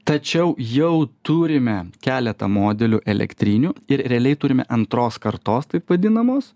tačiau jau turime keletą modelių elektrinių ir realiai turime antros kartos taip vadinamos